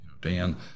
Dan